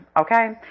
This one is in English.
Okay